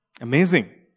Amazing